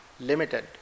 limited